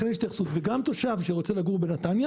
גם תושב שרוצה לגור בנתניה